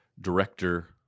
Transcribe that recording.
director